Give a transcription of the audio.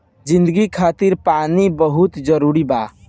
जिंदगी खातिर पानी बहुत जरूरी बा